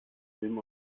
filme